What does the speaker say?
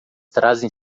trazem